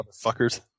Motherfuckers